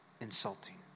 insulting